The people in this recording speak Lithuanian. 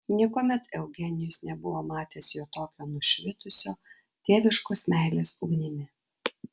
niekuomet eugenijus nebuvo matęs jo tokio nušvitusio tėviškos meilės ugnimi